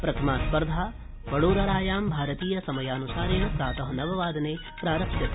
प्रथमा स्पर्धा वडोदरायां भारतीयसमयानुसारेण प्रात नववादने प्रारप्स्यते